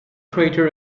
crater